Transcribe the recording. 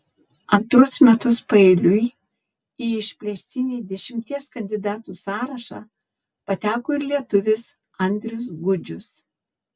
antrus metus paeiliui į išplėstinį dešimties kandidatų sąrašą pateko ir lietuvis andrius gudžius